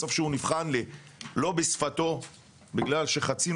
בסוף כשהוא נבחן לא בשפתו בגלל שחצינו